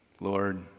Lord